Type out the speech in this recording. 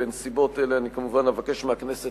בנסיבות אלה אני כמובן אבקש מהכנסת